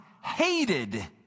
hated